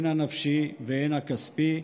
הן הנפשי והן הכספי,